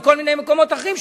מכל מיני מקומות אחרים,